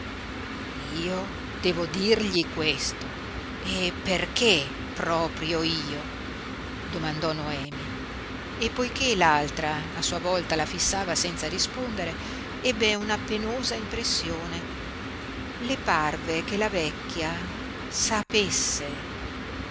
io devo dirgli questo e perché proprio io domandò noemi e poiché l'altra a sua volta la fissava senza rispondere ebbe una penosa impressione le parve che la vecchia sapesse